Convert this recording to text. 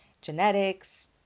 genetics